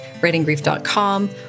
writinggrief.com